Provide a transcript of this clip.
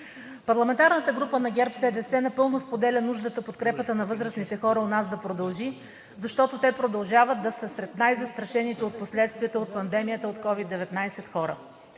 Парламентарната група на ГЕРБ-СДС напълно споделя нуждата за подкрепа на възрастните хора у нас да продължи, защото те продължават да са сред най-застрашените хора от последствията от пандемията от COVID-19.